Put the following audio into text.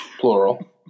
plural